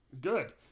Good